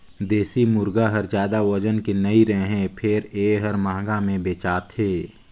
देसी मुरगा हर जादा ओजन के नइ रहें फेर ए हर महंगा में बेचाथे